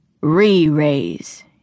Re-raise